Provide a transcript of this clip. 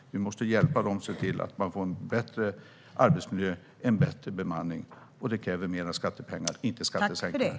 Vi måste hjälpa dem att få en bättre arbetsmiljö och en bättre bemanning. Det kräver mer skattepengar, inte skattesänkningar.